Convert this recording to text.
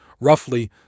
roughly